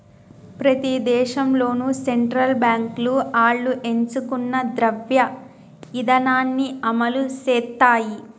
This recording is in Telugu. ప్రతి దేశంలోనూ సెంట్రల్ బాంకులు ఆళ్లు ఎంచుకున్న ద్రవ్య ఇదానాన్ని అమలుసేత్తాయి